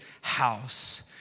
house